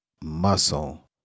muscle